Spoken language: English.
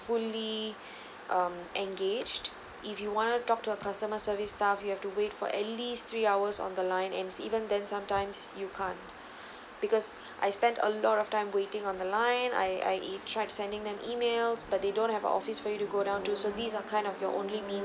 fully um engaged if you wanted to talk to a customer service staff you have to wait for at least three hours on the line and even then sometimes you can't because I spend a lot of time waiting on the line I I e~ tried sending them emails but they don't have a office for you to go down to so these are kind of your only mean